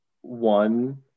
one